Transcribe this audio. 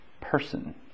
person